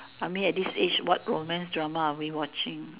I mean at this age what romance drama are we watching